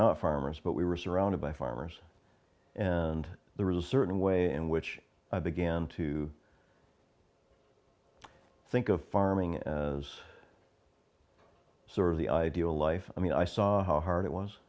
not farmers but we were surrounded by farmers and the reserving way in which i began to think of farming as sort of the ideal life i mean i saw how hard it was